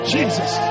Jesus